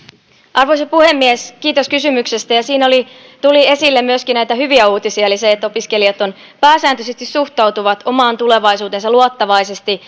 arvoisa puhemies kiitos kysymyksestä siinä tuli esille myöskin hyviä uutisia eli opiskelijat pääsääntöisesti suhtautuvat omaan tulevaisuuteensa luottavaisesti